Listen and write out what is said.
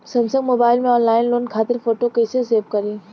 Samsung mobile में online loan खातिर photo कैसे सेभ करीं?